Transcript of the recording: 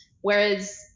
Whereas